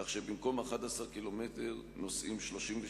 כך, במקום 11 ק"מ הם נוסעים 37 ק"מ.